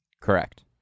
Correct